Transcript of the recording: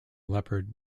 leopard